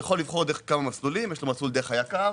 יכול לבחור כמה מסלולים דרך היקר